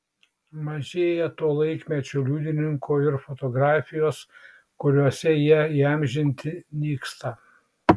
mažėja to laikmečio liudininkų ir fotografijos kuriuose jie įamžinti nyksta